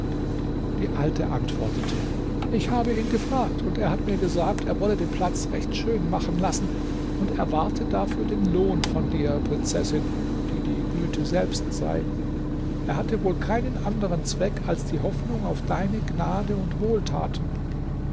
die alte antwortete ich habe ihn gefragt und er hat mir gesagt er wolle den platz recht schön machen lassen und erwarte dafür den lohn von dir prinzessin die die güte selbst sei er hatte wohl keinen anderen zweck als die hoffnung auf deine gnade und wohltaten